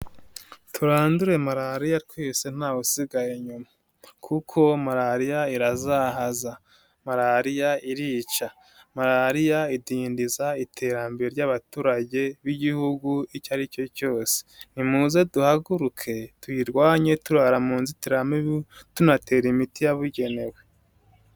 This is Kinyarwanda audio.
Turandure malariya twese ntawusigaye inyuma kuko malariya irazahaza, malariya irica, malariya idindiza iterambere ry'abaturage b'Igihugu icyo ari cyo cyose, nimuze duhaguruke tuyirwanye turara mu nzitiramibu, tunatera imiti yabugenewe.